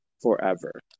forever